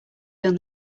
done